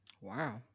Wow